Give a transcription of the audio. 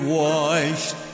washed